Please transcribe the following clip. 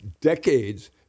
decades